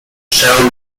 sheldon